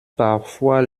parfois